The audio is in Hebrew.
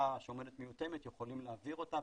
שעומדת מיותמת אנחנו יכולים להעביר אותה,